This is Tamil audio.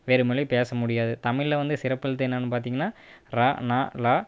வேறு மொழி பேச முடியாது தமிழில் வந்து சிறப்பெழுத்து என்னன்னு பார்த்திங்கனா ர ந லா